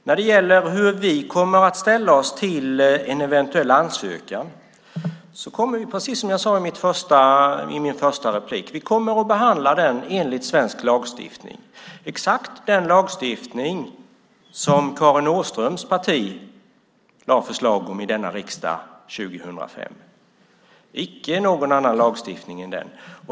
När det gäller hur vi kommer att ställa oss till en eventuell ansökan kan jag säga att vi, precis som jag sade i min första replik, kommer att behandla den enligt svensk lagstiftning - exakt den lagstiftning som Karin Åströms parti år 2005 i denna riksdag lade fram förslag om, icke någon annan lagstiftning än den.